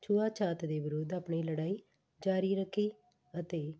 ਛੂਆ ਛਾਤ ਦੇ ਵਿਰੁੱਧ ਆਪਣੀ ਲੜਾਈ ਜਾਰੀ ਰੱਖੀ ਅਤੇ